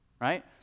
Right